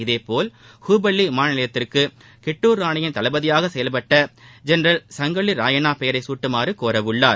இதே போல் ஹுபள்ளி விமானநிலையத்திற்கும் கிட்டுர் ராணியின் தளபதியாக செயல்பட்ட ஜென்ரல் சங்கொல்லி ராயன்னா பெயரை சூட்டுமாறு கோர உள்ளார்